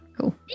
cool